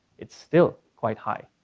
it's still quite high.